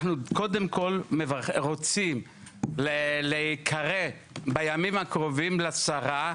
אנחנו קודם כול רוצים להיקרא בימים הקרובים לשרה,